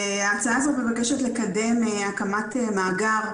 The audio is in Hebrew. ההצעה הזאת מבקשת לקדם הקמת מאגר,